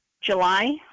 July